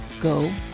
Go